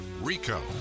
RICO